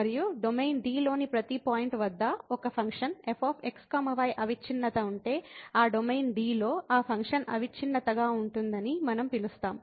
మరియు domain D లోని ప్రతి పాయింట్ వద్ద ఒక ఫంక్షన్ f x y అవిచ్ఛిన్నత ఉంటే ఆ డొమైన్ D లో ఆ ఫంక్షన్ అవిచ్ఛిన్నతగా ఉంటుందని మనం పిలుస్తాము